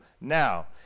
now